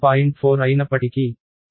4 కత్తిరించబడింది